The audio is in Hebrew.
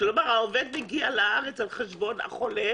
כך שהעובד מגיע לארץ על חשבון החולה